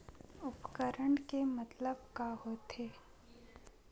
उपकरण के मतलब का होथे?